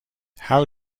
how